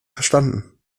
verstanden